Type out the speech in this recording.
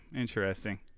Interesting